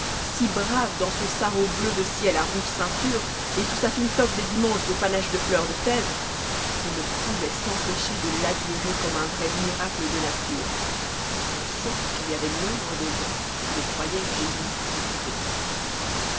si brave dans son sarrau bleu de ciel a rouge ceinture et sous sa flue toque des dimanches au panache de fleurs de fèves qu'on ne pouvait s'empêcher de t'admirer comme un vrai miracle de nature on sorte qu'il y avait nombre de gens qui le croyaient génie ou